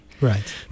Right